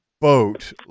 boat